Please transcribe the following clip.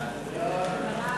חוק לייעול האכיפה